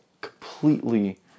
completely